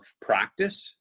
practice